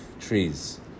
trees